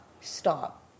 Stop